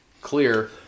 clear